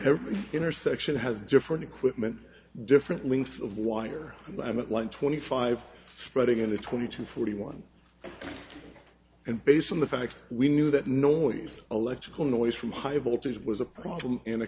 every intersection has different equipment different lengths of wire and i'm at one twenty five spreading in a twenty to forty one and based on the facts we knew that noise electrical noise from high voltage was a problem in a